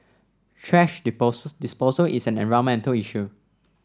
thrash disposal is an environmental issue